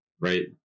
right